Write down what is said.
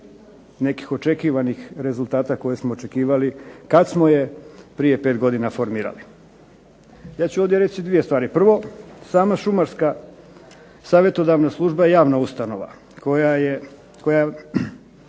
nekih očekivanih rezultata koje smo očekivali kad smo je prije 5 godina formirali. Ja ću ovdje reći 2 stvari. Prvo, sama šumarska savjetodavna služba je javna ustanova koja